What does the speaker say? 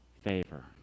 favor